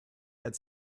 had